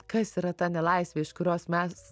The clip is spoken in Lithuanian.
kas yra ta nelaisvė iš kurios mes